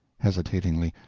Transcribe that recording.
hesitatingly,